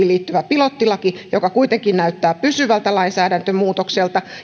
liittyvä pilottilaki joka kuitenkin näyttää pysyvältä lainsäädäntömuutokselta